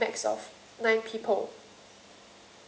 accommodate a max of nine people